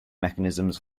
mechanisms